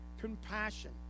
compassion